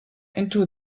into